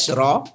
raw